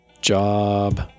job